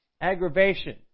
aggravation